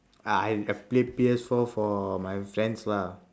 uh I I play P_S four for my friends lah